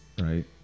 right